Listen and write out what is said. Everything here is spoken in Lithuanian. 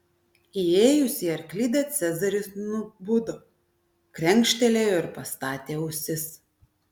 įėjus į arklidę cezaris nubudo krenkštelėjo ir pastatė ausis